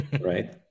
right